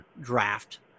draft